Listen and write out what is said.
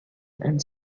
and